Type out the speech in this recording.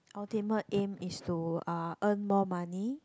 ultimate aim is to uh earn more money